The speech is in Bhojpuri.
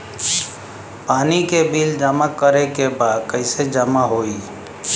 पानी के बिल जमा करे के बा कैसे जमा होई?